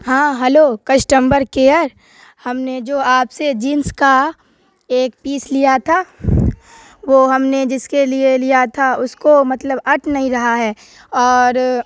ہاں hello customer care ہم نے جو آپ سے جینس کا ایک پیس لیا تھا وہ ہم نے جس کے لیے لیا تھا اس کو مطلب اٹ نہیں رہا ہے اور